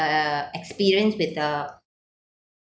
uh experienced with the